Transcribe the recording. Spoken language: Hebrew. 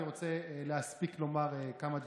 אני רוצה להספיק לומר כמה דברים.